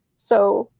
so